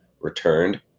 returned